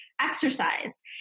exercise